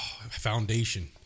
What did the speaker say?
foundation